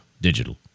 digital